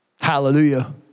Hallelujah